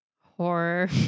horror